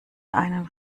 einen